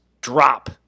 drop